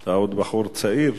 אתה עוד בחור צעיר,